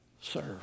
serve